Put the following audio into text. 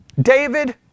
David